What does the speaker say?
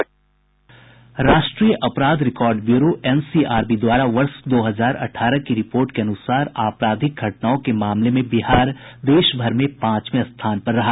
राष्ट्रीय अपराध record bureau NCRB द्वारा वर्ष दो हजार अठारह की रिपोर्ट के अनुसार आपराधिक घटनाओं के मामले में बिहार देशभर में पांचवे स्थान पर रहा